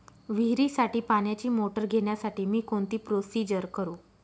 विहिरीसाठी पाण्याची मोटर घेण्यासाठी मी कोणती प्रोसिजर करु?